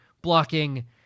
blocking